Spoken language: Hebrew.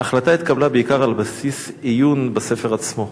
ההחלטה התקבלה בעיקר על בסיס עיון בספר עצמו,